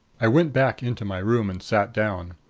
i went back into my room and sat down.